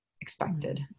expected